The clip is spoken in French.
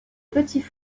petits